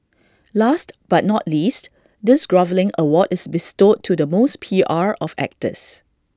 last but not least this groveling award is bestowed to the most P R of actors